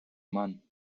mann